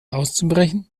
auszubrechen